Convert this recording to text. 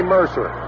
Mercer